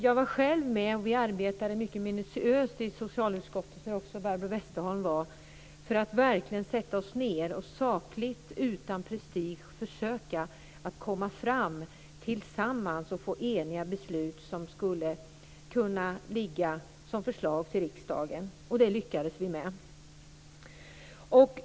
Jag var själv med när vi mycket minutiöst arbetade i socialutskottet, där också Barbro Westerholm var med, för att verkligen sätta oss ned och sakligt, utan prestige, försöka att komma fram tillsammans och få eniga beslut som skulle kunna ligga som förslag till riksdagen. Det lyckades vi också med.